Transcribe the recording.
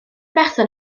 berson